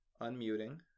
Unmuting